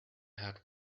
had